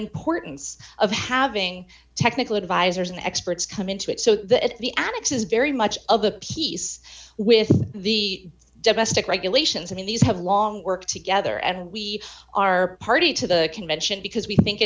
importance of having technical advisors and experts come into it so that the adults is very much of a piece with the domestic regulations and these have long work together and we are party to the convention because we think